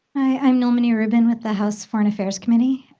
i'm nollman rubin with the house foreign affairs committee.